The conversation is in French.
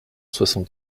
soixante